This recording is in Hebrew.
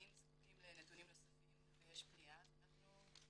אם זקוקים לנתונים נוספים ויש פנייה אז אנחנו,